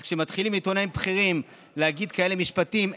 אז כשמתחילים עיתונאים בכירים להגיד כאלה משפטים,